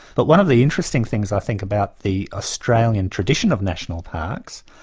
but one of the interesting things i think about the australian traditional of national parks,